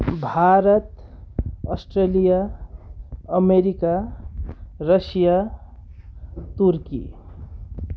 Bharat Australia America Russia Turkey